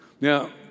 Now